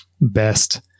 best